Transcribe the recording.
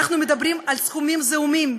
אנחנו מדברים על סכומים זעומים,